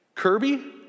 Kirby